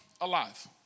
alive